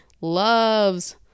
loves